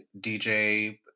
DJ